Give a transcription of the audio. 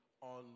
on